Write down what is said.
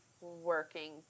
Working